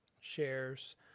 shares